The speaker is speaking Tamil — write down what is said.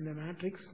இந்த மேட்ரிக்ஸ்